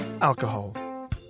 alcohol